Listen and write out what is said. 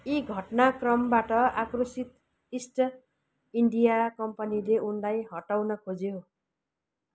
यी घटनाक्रमबाट आक्रोशित इस्ट इन्डिया कम्पनीले उनलाई हटाउन खोज्यो